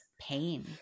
pain